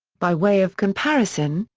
by way of comparison,